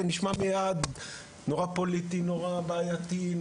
זה נשמע מייד נורא פוליטי ובעייתי.